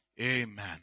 Amen